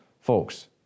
Folks